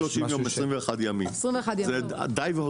אני מבקש 21 ימים, לא 30 יום, זה דיי והותר.